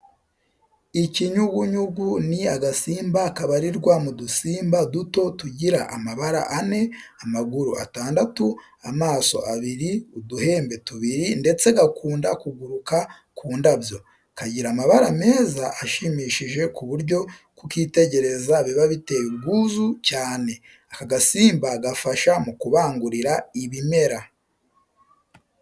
Ikinyugunyugu ni agasimba kabarirwa mu dusimba duto tugira amababa ane, amaguru atandatu, amaso abiri, uduhembe tubiri ndetse gakunda kugurukua ku ndabyo. Kagira amabara meza ashimishije ku buryo kukitegereza biba biteye ubwuzu cyane. Aka gasimba gafasha mu kubangurira ibimera.